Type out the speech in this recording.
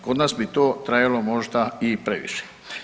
Kod nas bi to trajalo možda i previše.